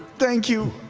thank you,